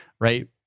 right